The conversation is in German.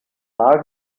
nahe